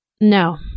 no